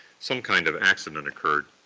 some kind of accident occurred